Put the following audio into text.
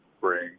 bring